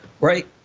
Right